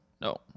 No